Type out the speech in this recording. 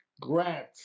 grant